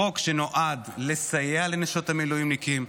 חוק שנועד לסייע לנשות המילואימניקים.